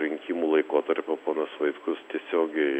rinkimų laikotarpio ponas vaitkus tiesiogiai